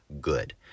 good